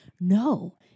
No